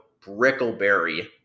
Brickleberry